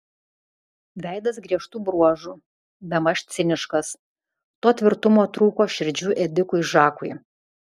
veidas griežtų bruožų bemaž ciniškas to tvirtumo trūko širdžių ėdikui žakui